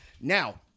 Now